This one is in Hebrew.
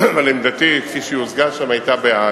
אבל עמדתי, כפי שהוצגה שם, היתה בעד.